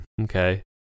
okay